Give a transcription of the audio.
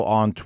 on